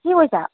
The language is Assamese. কি কৰিছা